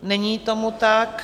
Není tomu tak.